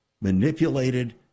manipulated